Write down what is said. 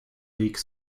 league